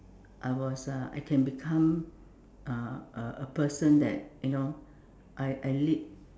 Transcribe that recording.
I was uh I can become a a a person that you know I I lead